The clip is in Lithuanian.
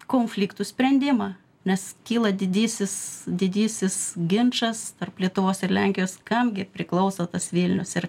konfliktų sprendimą nes kyla didysis didysis ginčas tarp lietuvos ir lenkijos kam gi priklauso tas vilnius ir